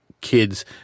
kids